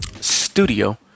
studio